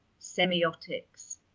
semiotics